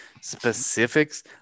specifics